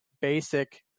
basic